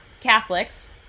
Catholics